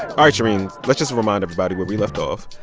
right, shereen, let's just remind everybody where we left off.